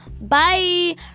Bye